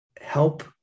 help